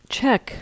check